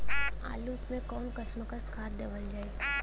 आलू मे कऊन कसमक खाद देवल जाई?